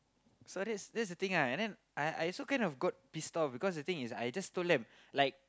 so that's that's the thing ah and then I I also kind of got pissed off because the thing is I just told them like